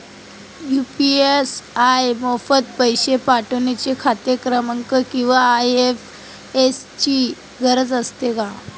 UPI मार्फत पैसे पाठवता खाते क्रमांक किंवा आय.एफ.एस.सी ची गरज असते का?